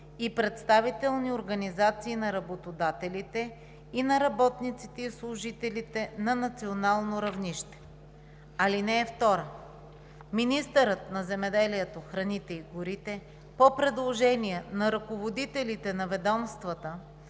и представителни организации на работодателите и на работниците и служителите на национално равнище. (2) Министърът на земеделието, храните и горите, по предложение на ръководителите на ведомствата